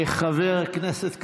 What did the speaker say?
חבר הכנסת קרעי.